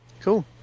Cool